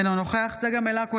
אינו נוכח צגה מלקו,